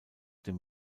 dem